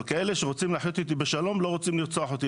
אבל כאלה שרוצים לחיות אתי בשלום ולא רוצים לרצוח אותי.